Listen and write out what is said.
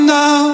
now